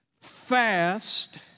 Fast